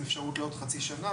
עם אפשרות לעוד חצי שנה,